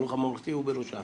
החינוך הממלכתי הוא בראשם.